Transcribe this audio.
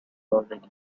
already